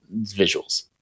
visuals